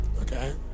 okay